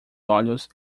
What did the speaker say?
olhos